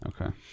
Okay